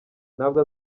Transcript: ntabwo